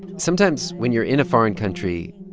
sometimes when you're in a foreign country,